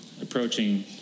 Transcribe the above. approaching